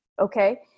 Okay